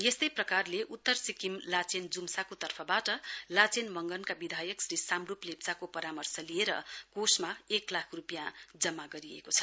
यस्तै प्रकारले उत्तर सिक्किम लाचेन जुम्साको तर्फबाट लाचेन मगनका विधायक श्री साम्ड्रप लेप्चाको परामर्श लिएर कोषमा एक लाख रूपियाँ जमा गरेको छ